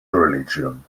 religion